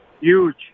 Huge